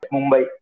Mumbai